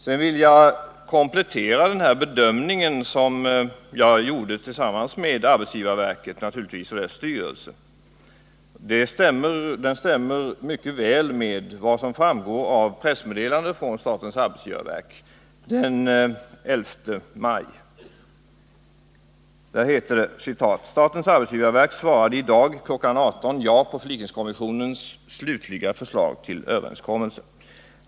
Jag vill komplettera den bedömning jag naturligtvis gjorde i anslutning till behandlingen i arbetsgivarverket och dess styrelse. Den stämmer mycket väl med det som framgår av pressmeddelandet från statens arbetsgivarverk, utsänt den 11 maj. Där står: ”Statens arbetsgivarverk svarade i dag kl. 18.00 ja på förlikningskommissionens slutliga förslag till överenskommelse.